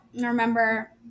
remember –